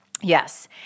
Yes